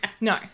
no